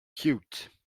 cute